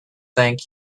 thank